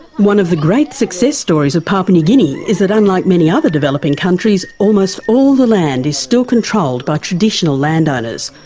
one of the great success stories of papua new guinea is that unlike many other developing countries, almost all the land is still controlled by traditional landowners.